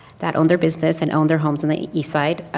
that owned their business and own their homes in the east side,